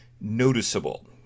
noticeable